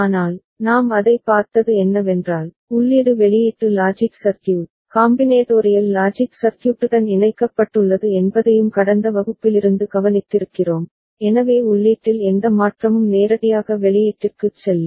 ஆனால் நாம் அதைப் பார்த்தது என்னவென்றால் உள்ளீடு வெளியீட்டு லாஜிக் சர்க்யூட் காம்பினேடோரியல் லாஜிக் சர்க்யூட்டுடன் இணைக்கப்பட்டுள்ளது என்பதையும் கடந்த வகுப்பிலிருந்து கவனித்திருக்கிறோம் எனவே உள்ளீட்டில் எந்த மாற்றமும் நேரடியாக வெளியீட்டிற்குச் செல்லும்